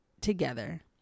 together